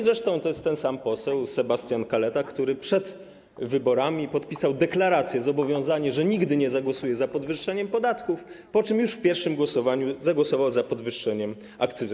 Zresztą to jest ten sam poseł, Sebastian Kaleta, który przed wyborami podpisał deklarację, zobowiązanie, że nigdy nie zagłosuje za podwyższeniem podatków, po czym już w pierwszym głosowaniu opowiedział się za podwyższeniem akcyzy.